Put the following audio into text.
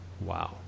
Wow